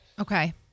Okay